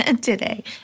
Today